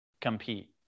compete